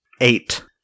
Eight